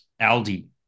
Aldi